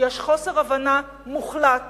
יש חוסר הבנה מוחלט